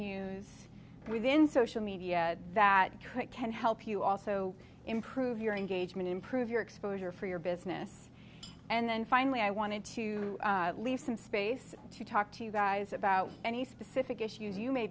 use within social media that track can help you also improve your engagement improve your exposure for your business and then finally i wanted to leave some space to talk to you guys about any specific issue you may